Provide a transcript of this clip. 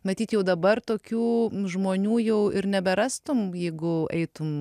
matyt jau dabar tokių žmonių jau ir neberastum jeigu eitum